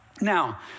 Now